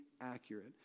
accurate